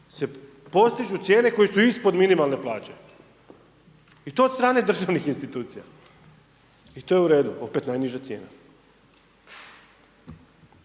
se postižu se cijene koju su ispod minimalne plaće i to od strane državnih institucija i to je u redu, opet najniža cijena.